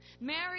Mary